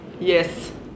Yes